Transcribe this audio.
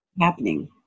happening